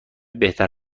بهتر